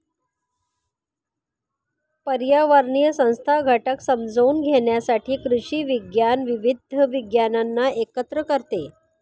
पर्यावरणीय संस्था घटक समजून घेण्यासाठी कृषी विज्ञान विविध विज्ञानांना एकत्र करते